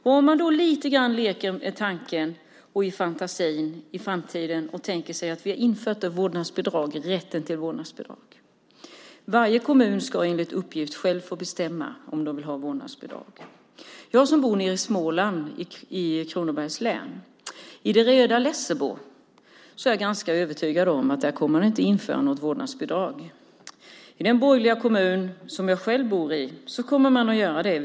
Låt oss lite grann i vår fantasi leka med tanken att vi i framtiden har infört rätten till vårdnadsbidrag. Enligt uppgift ska varje kommun själv få bestämma om kommunen ska införa vårdnadsbidrag. Jag bor i Småland i Kronobergs län. Jag är övertygad om att man i det röda Lessebo inte kommer att införa något vårdnadsbidrag, men i den borgerliga kommun jag själv bor i kommer man att göra det.